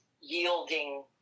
yielding